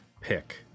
pick